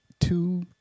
two